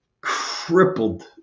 crippled